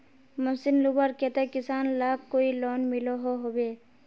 Machine लुबार केते किसान लाक कोई लोन मिलोहो होबे?